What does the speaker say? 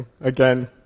again